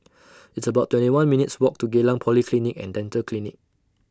It's about twenty one minutes' Walk to Geylang Polyclinic and Dental Clinic